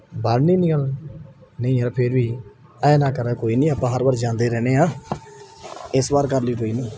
ਬਣਨੀ ਨਹੀਂ ਗੱਲ ਨਹੀਂ ਯਾਰ ਫਿਰ ਵੀ ਐਂ ਨਾ ਕਰ ਕੋਈ ਨਹੀਂ ਆਪਾਂ ਹਰ ਵਾਰ ਜਾਂਦੇ ਰਹਿੰਦੇ ਹਾਂ ਇਸ ਵਾਰ ਕਰ ਲਈ